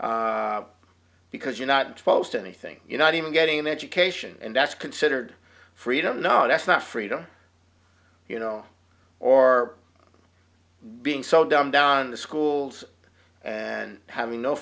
anything because you're not to post anything you're not even getting an education and that's considered freedom no that's not freedom you know or being so dumb down the schools and having no